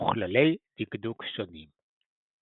וכללי דקדוק שונים.